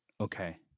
Okay